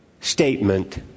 statement